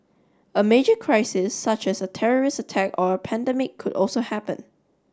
a major crisis such as a terrorist attack or a pandemic could also happen